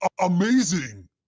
amazing